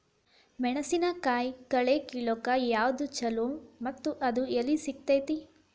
ಮೆಣಸಿನಕಾಯಿ ಕಳೆ ಕಿಳಾಕ್ ಯಾವ್ದು ಛಲೋ ಮತ್ತು ಅದು ಎಲ್ಲಿ ಸಿಗತೇತಿ?